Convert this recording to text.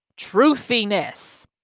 truthiness